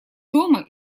дома